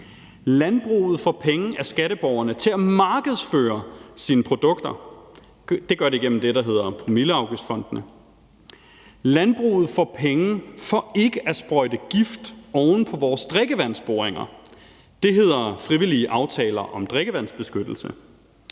landbruget får penge af skatteborgerne til at markedsføre sine produkter, det gør de gennem det, der hedder promilleafgiftsfondene, landbruget får penge for ikke at sprøjte gift oven på vores drikkevandsboringer, det hedder frivillige aftaler om drikkevandsbeskyttelse,